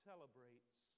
celebrates